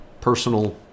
personal